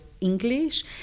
English